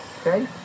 okay